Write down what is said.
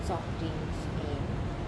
soft drinks and